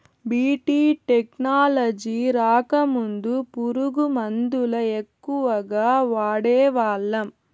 BT technology రాకముందు పురుగు మందుల ఎక్కువగా వాడేవాళ్ళం